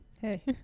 Hey